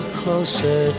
closer